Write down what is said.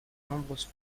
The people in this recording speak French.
nombreuses